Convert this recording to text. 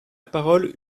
parole